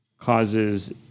causes